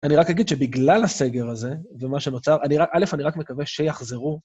אני רק אגיד שבגלל הסגר הזה ומה שנוצר, א. אני רק מקווה שיחזרו...